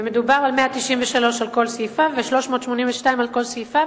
ומדובר על 193 על כל סעיפיו ו-382 על כל סעיפיו,